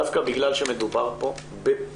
דווקא בגלל שמדובר פה בפרשנות,